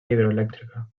hidroelèctrica